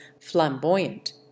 flamboyant